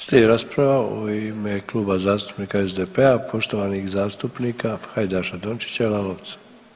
Slijedi rasprava u ime Kluba zastupnika SDP-a poštovanih zastupnika Hajdaša Dončića i Lalovca.